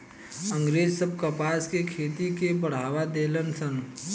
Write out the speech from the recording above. अँग्रेज सब कपास के खेती के बढ़ावा देहलन सन